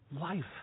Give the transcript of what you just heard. Life